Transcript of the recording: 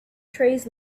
trays